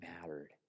mattered